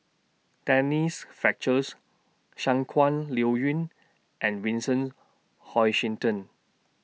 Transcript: Denise Fletcher's Shangguan Liuyun and Vincent Hoisington